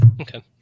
Okay